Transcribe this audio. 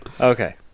Okay